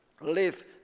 live